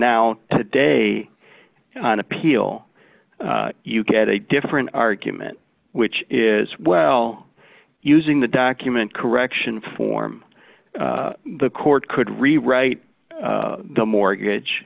now today on appeal you get a different argument which is well using the document correction form the court could rewrite the mortgage